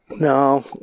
No